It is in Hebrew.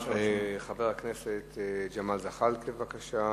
חבר הכנסת ג'מאל זחאלקה, בבקשה.